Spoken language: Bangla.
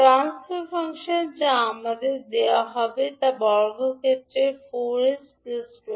ট্রান্সফার ফাংশন যা আমাদের দেওয়া হয় তা বর্গক্ষেত্রের 4s প্লাস 20 এর উপর 4s হয়